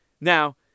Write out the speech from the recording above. Now